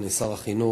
אני שר החינוך.